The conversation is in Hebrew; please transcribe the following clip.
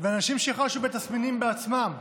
ואנשים שחשו בתסמינים בעצמם,